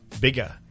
bigger